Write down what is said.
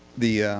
the